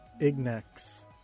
Ignex